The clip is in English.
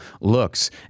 looks